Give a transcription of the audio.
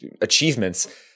achievements